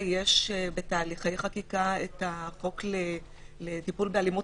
יש בתהליכי חקיקה החוק לטיפול באלימות